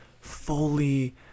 fully